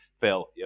Phil